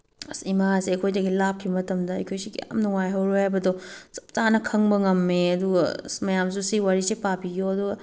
ꯑꯁ ꯏꯃꯥꯁꯦ ꯑꯩꯈꯣꯏꯒꯗꯤ ꯂꯥꯞꯈꯤꯕ ꯃꯇꯝꯗ ꯑꯩꯈꯣꯏꯁꯦ ꯀꯌꯥꯝ ꯅꯨꯡꯉꯥꯏꯍꯧꯔꯣꯏ ꯍꯥꯏꯕꯗꯨ ꯆꯞ ꯆꯥꯅ ꯈꯪꯕ ꯉꯝꯃꯦ ꯑꯗꯨꯒ ꯑꯁ ꯃꯌꯥꯝꯁꯨ ꯁꯤ ꯋꯥꯔꯤꯁꯦ ꯄꯥꯕꯤꯌꯣ ꯑꯗꯨꯒ